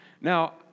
Now